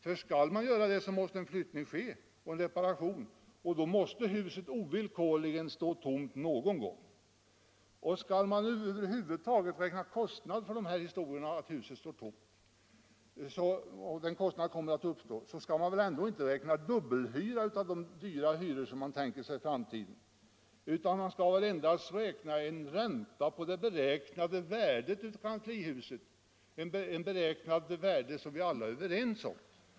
För skall man göra det måste en flyttning ske, och då kommer huset ovillkorligen att stå tomt någon gång. Och skall man över huvud taget räkna någon kostnad för detta — att huset står tomt — så får man väl ändå inte räkna dubbelt på de dyra hyror som man tänker sig i framtiden utan man skall endast räkna ränta på det beräknade värdet av kanslihuset — ett beräknat värde som vi alla är överens om.